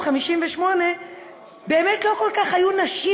ב-1958 באמת לא כל כך היו נשים,